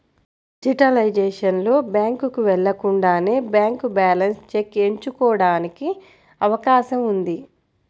digitalisation లో, బ్యాంకుకు వెళ్లకుండానే బ్యాంక్ బ్యాలెన్స్ చెక్ ఎంచుకోవడానికి అవకాశం ఉంది